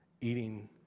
eating